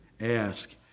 ask